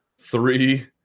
three